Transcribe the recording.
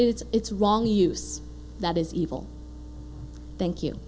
is its wrong use that is evil thank you